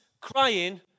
crying